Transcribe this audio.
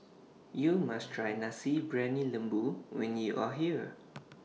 YOU must Try Nasi Briyani Lembu when YOU Are here